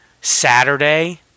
saturday